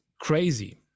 crazy